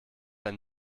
ein